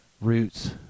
roots